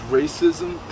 racism